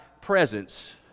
presence